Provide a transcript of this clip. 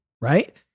right